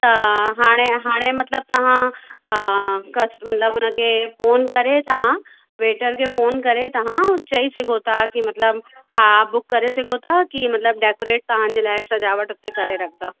त हाणे हाणे मतिलबु तव्हां कस्ट मतिलबु हुनखे फ़ोन करे तव्हां वेटर खे फ़ोन करे तव्हां चई सघो था कि मतिलबु हा बुक करे सघो था कि मतिलबु डेकोरेट तव्हां जे लाइ सजावट हुते करे रखंदा